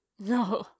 No